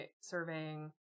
surveying